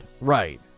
right